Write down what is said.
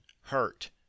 hurt